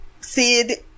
sid